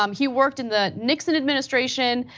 um he worked in the nixon administration.